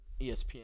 ESPN